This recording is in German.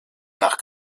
nach